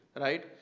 right